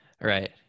right